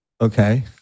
Okay